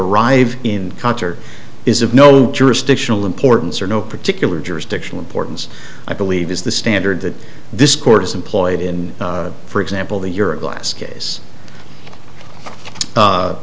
arrive in counter is of no jurisdictional importance or no particular jurisdiction importance i believe is the standard that this court has employed in for example the euro glass case